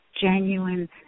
Genuine